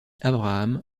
abraham